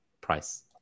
price